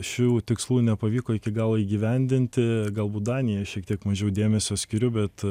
šių tikslų nepavyko iki galo įgyvendinti galbūt danijai šiek tiek mažiau dėmesio skiriu bet